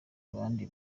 abandi